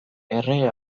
errege